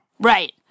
Right